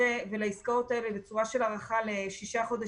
ולעסקאות האלה בצורה של הארכה לשישה חודשים,